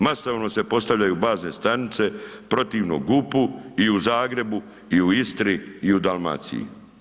Masovno se postavljaju bazne stanice protivno GUP-u i u Zagrebu i u Istri i u Dalmaciji.